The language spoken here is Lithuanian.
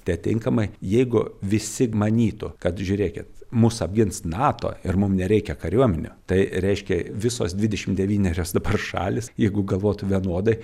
tai atinkamai jeigu visi manytų kad žiūrėkit mus apgins nato ir mum nereikia kariuomenių tai reiškia visos dvidešim devynerios dabar šalys jeigu galvotų vienodai